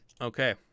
Okay